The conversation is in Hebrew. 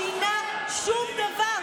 החוק לא שינה שום דבר.